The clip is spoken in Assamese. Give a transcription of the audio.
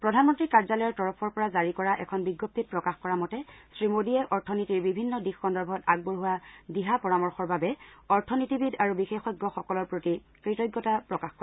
প্ৰধান মন্ত্ৰীৰ কাৰ্যালয়ৰ তৰফৰ পৰা জাৰি কৰা এখন বিজ্ঞপ্তিত প্ৰকাশ কৰা মতে শ্ৰীমোদীয়ে অৰ্থনীতিৰ বিভিন্ন দিশ সন্দৰ্ভত আগবঢ়োৱা দিহা পৰামৰ্শৰ বাবে অথনীতিবিদ আৰু বিশেষজ্ঞসকলৰ প্ৰতি কৃতজ্ঞতা প্ৰকাশ কৰে